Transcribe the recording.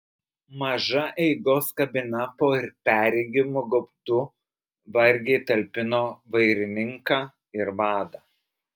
maža eigos kabina po perregimu gaubtu vargiai talpino vairininką ir vadą